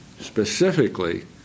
Specifically